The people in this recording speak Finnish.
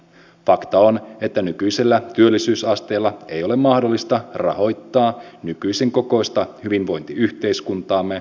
fakta on että nykyisellä työllisyysasteella ei ole mahdollista rahoittaa nykyisen kokoista hyvinvointiyhteiskuntaamme